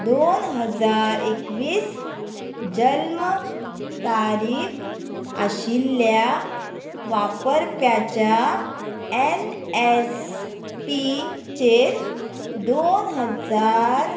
दोन हजार एकवीस जल्म तारीख आशिल्ल्या वापरप्याच्या एन एस पी चेर दोन हजार